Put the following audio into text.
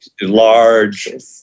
Large